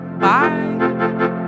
Bye